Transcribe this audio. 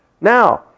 Now